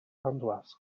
anwes